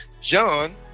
John